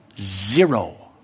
Zero